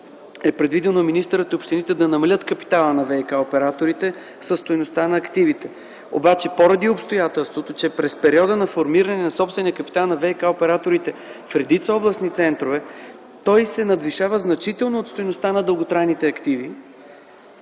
е предвидено министърът и общините да намалят капитала на ВиК операторите със стойността на активите. Обаче, поради обстоятелството, че през периода на формиране на собствения капитал на ВиК-операторите в редица областни центрове, той се надвишава значително от стойността на дълготрайните активи,